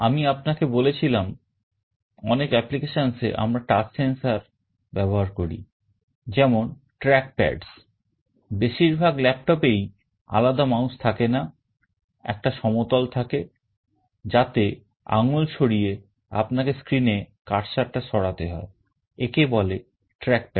আমি আপনাকে যেমন বলেছিলাম অনেক applications এ আমরা touch sensor ব্যবহার করি যেমন track pads বেশিরভাগ laptop এই আলাদা mouse থাকে না একটা সমতল থাকে যাতে আঙুল সরিয়ে আপনাকে screen এ cursor টা সরাতে হয় একে বলে trackpad